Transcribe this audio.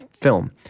film